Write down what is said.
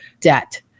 debt